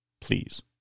please